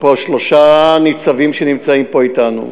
פה שלושה ניצבים שנמצאים פה אתנו.